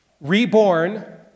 reborn